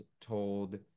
told